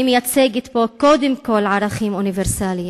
אני מייצגת פה קודם כול ערכים אוניברסליים,